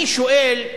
אני שואל,